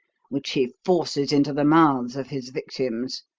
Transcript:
which he forces into the mouths of his victims.